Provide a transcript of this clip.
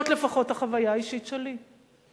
זאת לפחות החוויה האישית שלי.